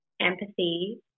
empathy